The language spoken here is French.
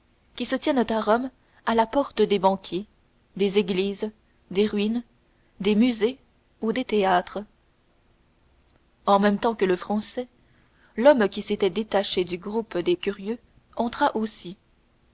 qui se tiennent à rome à la porte des banquiers des églises des ruines des musées ou des théâtres en même temps que le français l'homme qui s'était détaché du groupe des curieux entra aussi